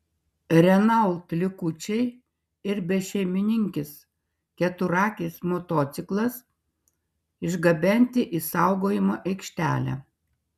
renault likučiai ir bešeimininkis keturratis motociklas išgabenti į saugojimo aikštelę